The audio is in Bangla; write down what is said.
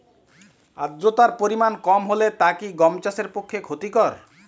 আর্দতার পরিমাণ কম হলে তা কি গম চাষের পক্ষে ক্ষতিকর?